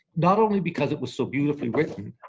not only because it was so beautifully written,